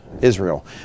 Israel